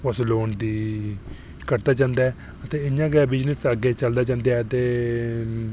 उस लोन दी कटदा जंदा ऐ ते इंया गै बिज़नेस अग्गै चलदा जंदा ऐ ते